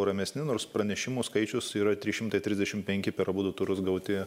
ramesni nors pranešimų skaičius yra trys šimtai trisdešim penki per abudu turus gauti